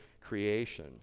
creation